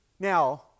Now